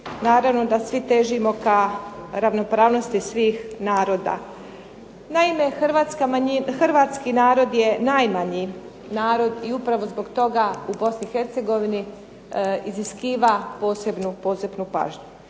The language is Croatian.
Naravno da svi težimo ka ravnopravnosti svih naroda. Naime, hrvatski narod je najmanji narod i upravo zbog toga u Bosni i Hercegovini iziskiva posebnu pažnju.